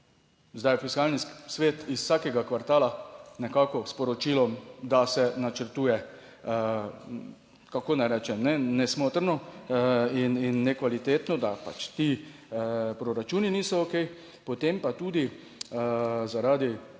zdaj je Fiskalni svet iz vsakega kvartala nekako sporočilo, da se načrtuje, kako naj rečem, nesmotrno in nekvalitetno, da pač ti proračuni niso okej, potem pa tudi zaradi